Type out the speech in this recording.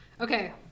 Okay